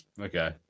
okay